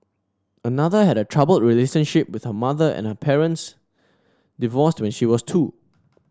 another had a troubled relationship with her mother and her parents divorced when she was two